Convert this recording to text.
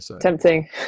Tempting